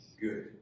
good